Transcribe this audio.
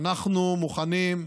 אנחנו מוכנים,